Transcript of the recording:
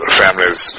families